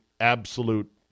absolute